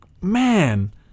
man